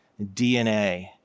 DNA